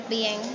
bien